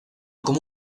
como